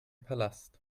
palast